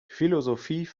philosophie